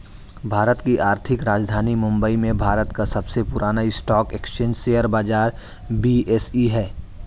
भारत की आर्थिक राजधानी मुंबई में भारत का सबसे पुरान स्टॉक एक्सचेंज शेयर बाजार बी.एस.ई हैं